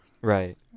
right